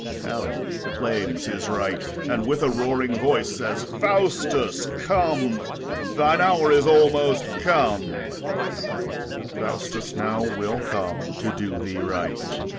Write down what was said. hell claims his right, and with a roaring voice says, faustus, come thine hour is almost come and faustus now will come to do thee right.